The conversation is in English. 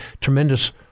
tremendous